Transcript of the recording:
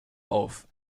auf